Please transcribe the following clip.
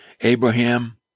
Abraham